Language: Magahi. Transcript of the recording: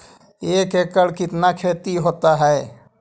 एक एकड़ कितना खेति होता है?